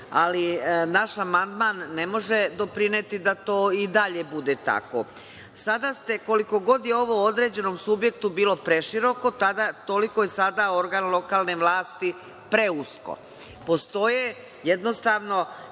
ali naš amandman ne može doprineti da to i dalje bude tako. Sada, koliko god je ovo „određenom subjektu“ bilo preširoko, toliko je sada „organ lokalne vlasti“ preusko. Postoje jednostavno